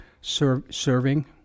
serving